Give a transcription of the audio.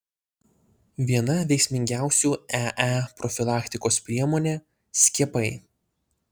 viena veiksmingiausių ee profilaktikos priemonė skiepai